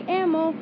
ammo